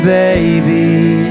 baby